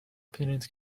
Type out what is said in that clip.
پرینت